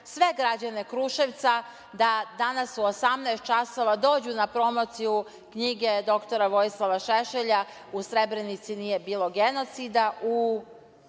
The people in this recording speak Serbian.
sve građane Kruševca da danas u 18.00 časova dođu na promociju knjige dr Vojislava Šešelja „U Srebrenici nije bilo genocida“